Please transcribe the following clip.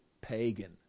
pagan